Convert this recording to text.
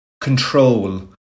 Control